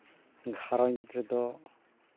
ᱜᱷᱟᱨᱚᱸᱡᱽ ᱨᱮᱫᱚ